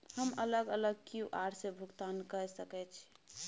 हम अलग अलग क्यू.आर से भुगतान कय सके छि?